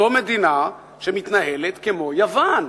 זאת מדינה שמתנהלת כמו יוון,